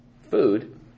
food